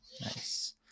Nice